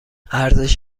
ارزش